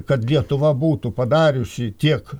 kad lietuva būtų padariusi tiek